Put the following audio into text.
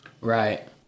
Right